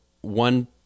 one